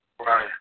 Right